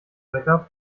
backup